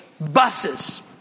buses